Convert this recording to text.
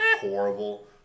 horrible